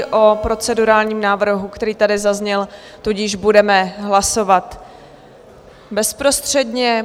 O procedurálním návrhu, který tady zazněl, tudíž budeme hlasovat bezprostředně.